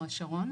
נצר השרון,